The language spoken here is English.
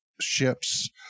ships